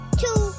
two